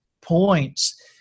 points